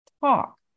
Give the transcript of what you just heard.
talk